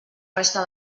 resta